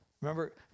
Remember